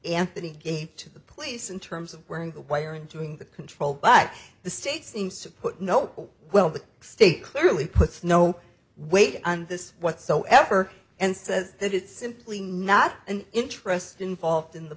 anthony gave to the police in terms of wearing the way or enjoying the control but the state seems to put no well the state clearly puts no weight and this whatsoever and says that it's simply not an interest involved in the